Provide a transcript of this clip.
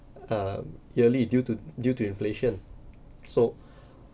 um yearly due to due to inflation so